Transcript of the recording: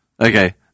Okay